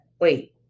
Wait